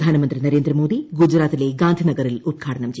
പ്രധാനമന്ത്രി നരേന്ദ്രമോദി ഗുജറാത്തിലെ ഗാന്ധിനഗറിൽ ഉദ്ഘാടനം ചെയ്യും